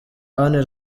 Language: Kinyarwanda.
anne